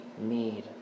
need